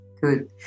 good